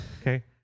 Okay